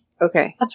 Okay